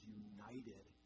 united